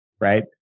right